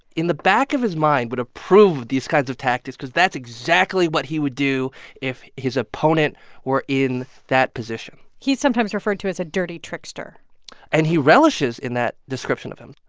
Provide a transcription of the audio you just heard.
in the back of his mind, would approve of these kinds of tactics cause that's exactly what he would do if his opponent were in that position he's sometimes referred to as a dirty trickster and he relishes in that description of him.